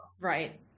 Right